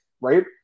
right